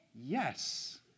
Yes